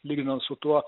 lyginant su tuo